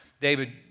David